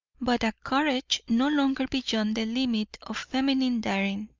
but a courage no longer beyond the limit of feminine daring,